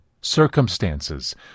circumstances